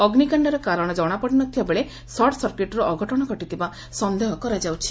ଅଗ୍ନିକାଣ୍ଡର କାରଣ ଜଶାପଡ଼ିନଥିବା ବେଳେ ସର୍ଟ ସର୍କିଟ୍ରୁ ଅଘଟଣ ଘଟିଥିବା ସନ୍ଦେହ କରାଯାଉଛି